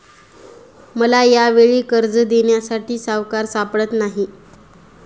मला यावेळी कर्ज देण्यासाठी सावकार सापडत नाही